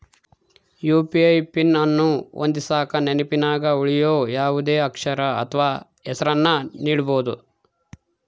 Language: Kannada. ಯು.ಪಿ.ಐ ಪಿನ್ ಅನ್ನು ಹೊಂದಿಸಕ ನೆನಪಿನಗ ಉಳಿಯೋ ಯಾವುದೇ ಅಕ್ಷರ ಅಥ್ವ ಹೆಸರನ್ನ ನೀಡಬೋದು